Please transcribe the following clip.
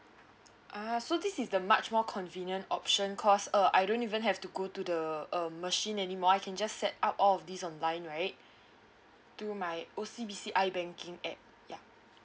ah so this is the much more convenient option cause uh I don't even have to go to the um machine any more I can just set up all of these online right do my O_C_B_C i banking at ya